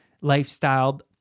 lifestyle